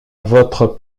votre